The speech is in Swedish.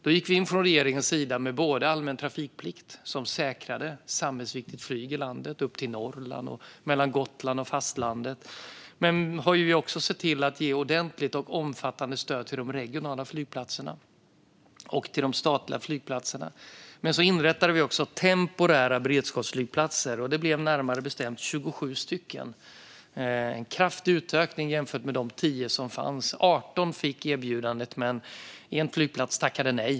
Då gick vi in från regeringens sida med allmän trafikplikt, som säkrade samhällsviktigt flyg i landet upp till Norrland och mellan Gotland och fastlandet. Vi har också sett till att ge ordentligt och omfattande stöd till de regionala flygplatserna och till de statliga flygplatserna. Vi inrättade även temporära beredskapsflygplatser, och det blev närmare bestämt 27 stycken - en kraftig utökning jämfört med de 10 som fanns. 18 fick erbjudandet, men en flygplats tackade nej.